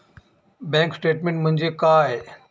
Bank statement म्हणजे काय?